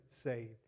saved